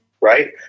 right